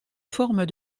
formes